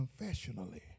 confessionally